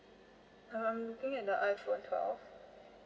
I'm looking at the iphone twelve